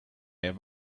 have